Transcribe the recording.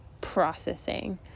processing